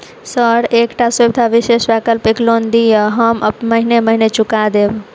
Sir एकटा सुविधा विशेष वैकल्पिक लोन दिऽ हम महीने महीने चुका देब?